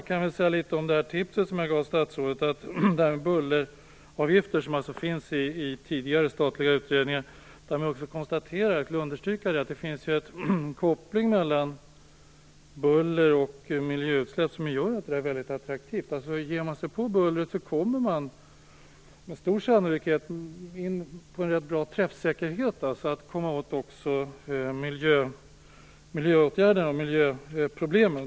Jag kan också säga litet om det tips som jag gav statsrådet om bulleravgifter. I tidigare statliga utredningar konstaterar man - jag vill understryka det - att det finns en koppling mellan buller och miljöutsläpp, som gör att bulleravgifter är väldigt attraktiva. Om man ger sig på bullret kommer man alltså med stor sannolikhet att med rätt bra träffsäkerhet komma åt också miljöåtgärderna och miljöproblemen.